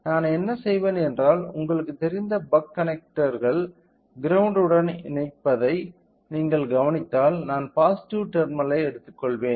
நான் என்ன செய்வேன் என்றால் உங்களுக்குத் தெரிந்த பக் கனெக்டர்கள் கிரௌண்ட் உடன் இருப்பதை நீங்கள் கவனித்தால் நான் பாசிட்டிவ் டெர்மினல் ஐ எடுத்துக்கொள்வேன்